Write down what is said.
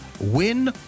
win